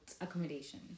accommodation